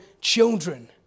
children